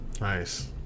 Nice